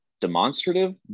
demonstrative